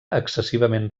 excessivament